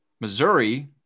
missouri